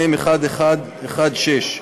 מ/1116,